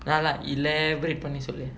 நல்லா:nallaa elaborate பண்ணி சொல்லு:panni sollu